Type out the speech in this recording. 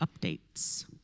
updates